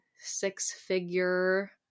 six-figure